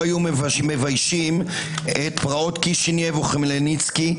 היו מביישים את פרעות קישינייב וחמלינצקי,